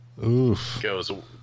goes